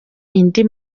indi